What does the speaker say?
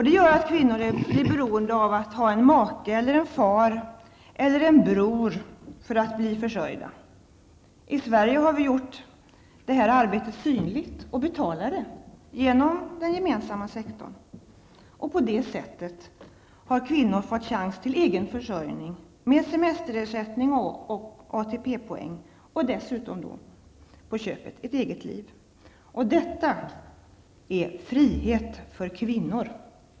Det gör att kvinnorna är beroende av att ha en make, far eller bror för att bli försörjda. I Sverige har vi gjort det här arbetet synligt och betalar det genom den gemensamma sektorn. På det sättet har kvinnor fått chans till egen försörjning med semesterersättning och ATP-poäng och dessutom på köpet ett eget liv. Detta är frihet för kvinnor.